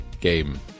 game